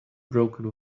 broken